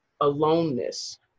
aloneness